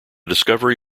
discovery